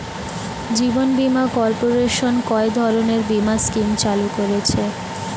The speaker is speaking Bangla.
জীবন বীমা কর্পোরেশন কয় ধরনের বীমা স্কিম চালু করেছে?